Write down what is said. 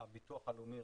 מהמוסד לביטוח לאומי.